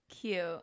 Cute